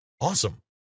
awesome